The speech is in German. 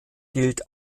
gilt